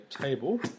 table